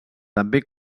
també